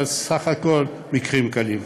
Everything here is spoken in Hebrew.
אבל סך הכול מקרים קלים.